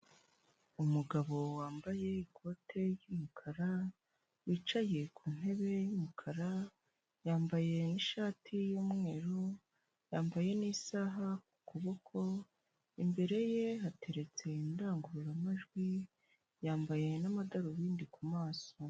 Umugabo wambaye ikote ry'umukara, wicaye ku ntebe y'umukara, yambaye n'ishati y'umweru, yambaye n'isaha ku kuboko, imbere ye ateretse indangururamajwi, yambaye n'amadarubindi ku maso.